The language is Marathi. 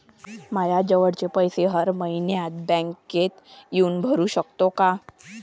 मायाजवळचे पैसे मी हर मइन्यात बँकेत येऊन भरू सकतो का?